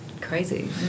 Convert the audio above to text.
crazy